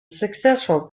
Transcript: successful